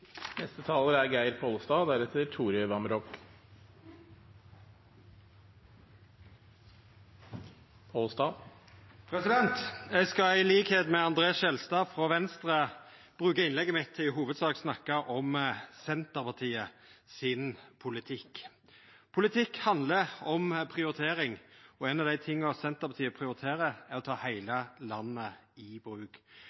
Eg skal til liks med André Skjelstad frå Venstre bruka innlegget mitt til i hovudsak å snakka om Senterpartiet sin politikk. Politikk handlar om prioritering, og ein av dei tinga Senterpartiet prioriterer, er å ta